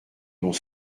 n’ont